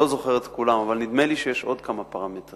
אני לא זוכר את כולם אבל נדמה לי שיש עוד כמה פרמטרים.